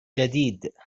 جديد